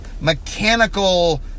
mechanical